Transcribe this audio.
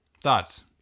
thoughts